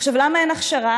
עכשיו, למה אין הכשרה?